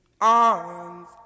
arms